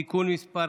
(תיקון מס'